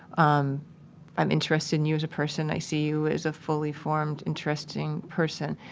um i'm interested in you as a person. i see you as a fully formed, interesting person.